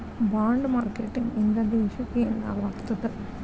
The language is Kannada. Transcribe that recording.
ಬಾಂಡ್ ಮಾರ್ಕೆಟಿಂಗ್ ಇಂದಾ ದೇಶಕ್ಕ ಯೆನ್ ಲಾಭಾಗ್ತದ?